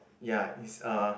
ya it's a